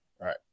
Right